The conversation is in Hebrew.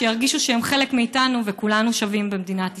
שירגישו שהם חלק מאיתנו וכולנו שווים במדינת ישראל.